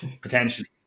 potentially